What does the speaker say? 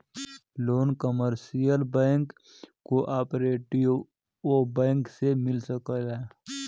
loan commercial bank cooperative bank से मिल सकेला